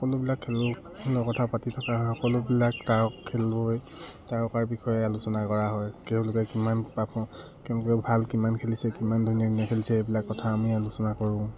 সকলোবিলাক খেলৰ কথা পাতি থকা সকলোবিলাক তাৰ খেলুৱৈ তাৰকাৰ বিষয়ে আলোচনা কৰা হয় তেওঁলোকে কিমান পা কেনেকে ভাল কিমান খেলিছে কিমান ধুনীয়া ধুনীয়া খেলিছে এইবিলাক কথা আমি আলোচনা কৰোঁ